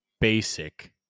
basic